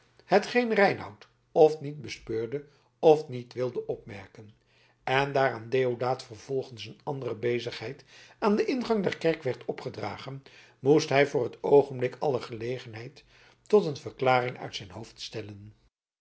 hetgeen reinout f niet bespeurde f niet wilde opmerken en daar aan deodaat vervolgens een andere bezigheid aan den ingang der kerk werd opgedragen moest hij voor t oogenblik alle gelegenheid tot een verklaring uit zijn hoofd stellen